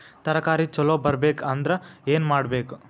ತರಕಾರಿ ಛಲೋ ಬರ್ಬೆಕ್ ಅಂದ್ರ್ ಏನು ಮಾಡ್ಬೇಕ್?